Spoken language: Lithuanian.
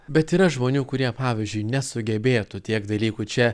bet yra žmonių kurie pavyzdžiui nesugebėtų tiek dalykų čia